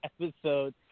episode